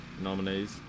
nominees